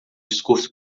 discurso